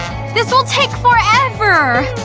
this will take forever!